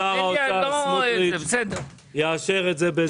שר האוצר סמוטריץ' יאשר את זה,